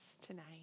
tonight